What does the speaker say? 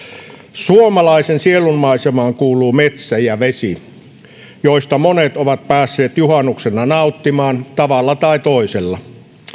suomalaisen sielunmaisemaan kuuluvat metsä ja vesi joista monet ovat päässeet juhannuksena nauttimaan tavalla tai toisella